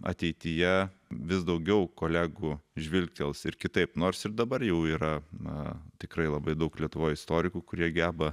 ateityje vis daugiau kolegų žvilgtels ir kitaip nors ir dabar jau yra tikrai labai daug lietuvoje istorikų kurie geba